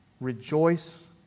rejoice